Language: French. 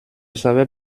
savais